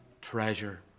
treasure